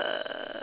err